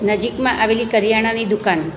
નજીકમાં આવેલી કરિયાણાની દુકાન